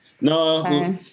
No